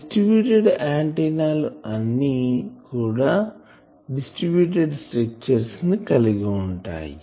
distributed ఆంటెన్నాలు అన్ని distributed structure ని కలిగి ఉంటాయి